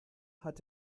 hat